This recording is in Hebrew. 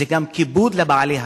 זה גם כיבוד של בעלי השפה.